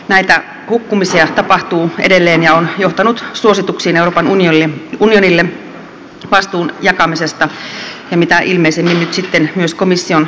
näitä hukkumisia tapahtuu edelleen ja se on johtanut suosituksiin euroopan unionille vastuun jakamisesta ja mitä ilmeisimmin nyt sitten myös komission esityksiin